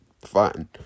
fine